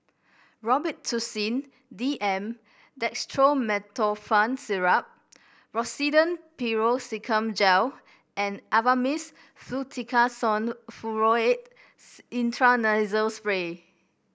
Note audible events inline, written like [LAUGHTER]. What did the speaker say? Robitussin D M Dextromethorphan Syrup Rosiden Piroxicam Gel and Avamys Fluticasone Furoate [UNINTELLIGIBLE] Intranasal Spray